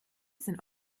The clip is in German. sind